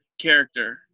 character